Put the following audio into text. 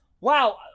wow